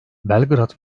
belgrad